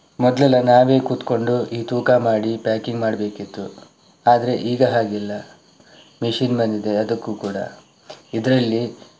ಮೊದಲೆಲ್ಲ ನಾವೇ ಕೂತ್ಕೊಂಡು ಈ ತೂಕ ಮಾಡಿ ಪ್ಯಾಕಿಂಗ್ ಮಾಡಬೇಕಿತ್ತು ಆದರೆ ಈಗ ಹಾಗಿಲ್ಲ ಮೆಷಿನ್ ಬಂದಿದೆ ಅದಕ್ಕೂ ಕೂಡ ಇದರಲ್ಲಿ